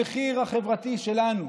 המחיר החברתי שלנו,